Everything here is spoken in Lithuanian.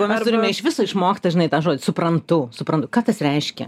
mes turime iš viso išmokt tą žinai tą žodį suprantu suprantu ką tas reiškia